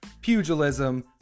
pugilism